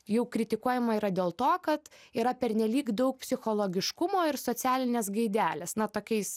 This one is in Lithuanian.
jau kritikuojama yra dėl to kad yra pernelyg daug psichologiškumo ir socialinės gaidelės na tokiais